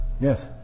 Yes